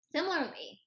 Similarly